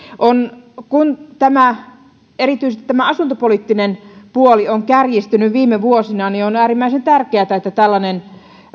kun erityisesti tämä asuntopoliittinen puoli on kärjistynyt viime vuosina niin on äärimmäisen tärkeätä että tällainen